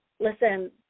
Listen